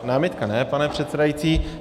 Námitka ne, pane předsedající.